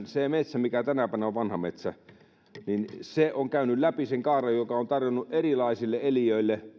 se metsä mikä tänä päivänä on vanha metsä on käynyt läpi sen kaaren joka on tarjonnut erilaisille eliöille